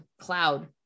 cloud